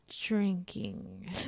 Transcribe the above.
drinking